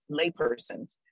laypersons